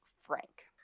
Frank